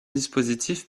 dispositifs